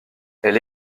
elle